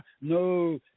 No